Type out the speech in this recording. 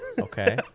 Okay